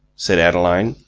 said adeline,